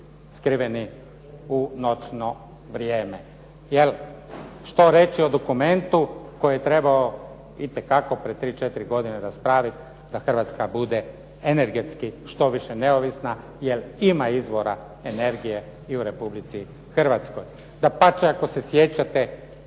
skriveni u noćno vrijeme. Jer što reći o dokumentu koji je trebao itekako prije 3-4 godine raspraviti da Hrvatska bude energetski štoviše neovisna jer ima izvora energije i u Republici Hrvatskoj. Dapače, ako se sjećate,